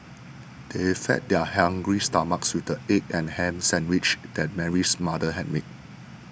they fed their hungry stomachs with the egg and ham sandwiches that Mary's mother had made